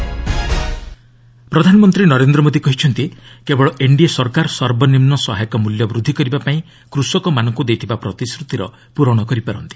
PM WB rally ପ୍ରଧାନମନ୍ତ୍ରୀ ନରେନ୍ଦ୍ର ମୋଦି କହିଛନ୍ତି କେବଳ ଏନ୍ଡିଏ ସରକାର ସର୍ବନିମ୍ନ ସହାୟକ ମୂଲ୍ୟ ବୃଦ୍ଧି କରିବାପାଇଁ କୃଷକମାନଙ୍କୁ ଦେଇଥିବା ପ୍ରତିଶ୍ରତିର ପ୍ରରଣ କରିପାରନ୍ତି